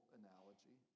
analogy